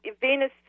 Venus